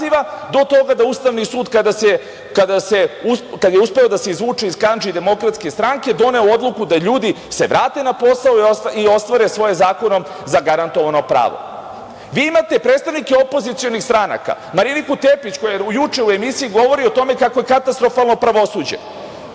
do toga da Ustavni sud kada je uspeo da se izvuče iz kandži Demokratske stranke, doneo odluku da se ljudi vrate na posao i ostvare svoje zakonom zagarantovano pravo. Vi imate predstavnike opozicionih stranaka, Mariniku Tepić koja juče u emisiji govori o tome kako je katastrofalno pravosuđe. Takođe,